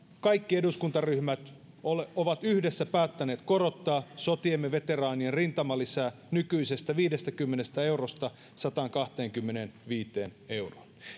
kaikki eduskuntaryhmät ovat yhdessä päättäneet korottaa sotiemme veteraanien rintamalisää nykyisestä viidestäkymmenestä eurosta sataankahteenkymmeneenviiteen euroon